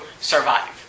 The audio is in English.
survive